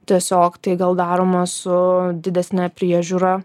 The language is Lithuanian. tiesiog tai gal daroma su didesne priežiūra